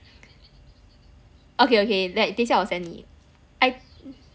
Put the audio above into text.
okay okay like 等一下我 send 你